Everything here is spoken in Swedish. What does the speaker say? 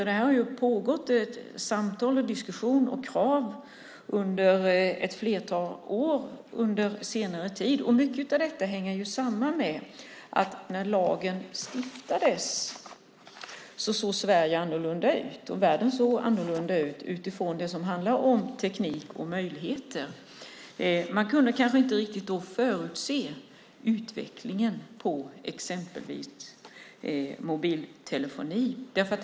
Det har pågått samtal och diskussioner och framförts krav under ett flertal år under senare tid. Det hänger samman med att när lagen stiftades såg Sverige och världen annorlunda ut när det gäller teknik och möjligheter. Då kunde man kanske inte riktigt förutse utvecklingen av mobiltelefonin.